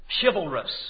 chivalrous